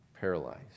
paralyzed